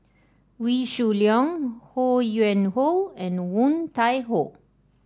Wee Shoo Leong Ho Yuen Hoe and Woon Tai Ho